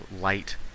light